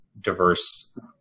diverse